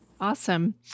Awesome